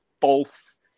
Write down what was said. false